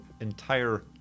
entire